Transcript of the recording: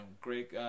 Great